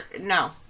no